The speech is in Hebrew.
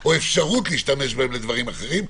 או אפשרות להשתמש בהן לדברים אחרים,